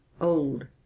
old